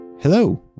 Hello